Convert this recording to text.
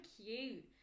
cute